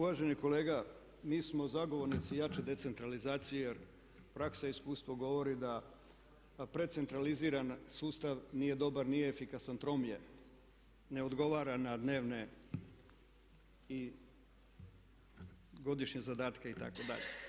Uvaženi kolega mi smo zagovornici jače decentralizacije jer praksa i iskustvo govori da precentralizirani sustav nije dobar, nije efikasan, trom je, ne odgovara na dnevne i godišnje zadatke itd.